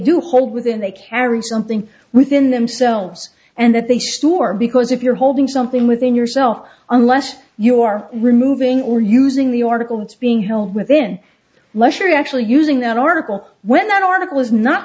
do hold within they carry something within themselves and that they store because if you're holding something within yourself unless you are removing or using the article that's being held within leisure actually using that article when that article is not